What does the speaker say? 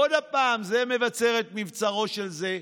עוד פעם זה מבצר את מבצרו של זה,